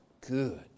good